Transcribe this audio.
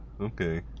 Okay